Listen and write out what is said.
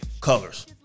Colors